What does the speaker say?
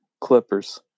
Clippers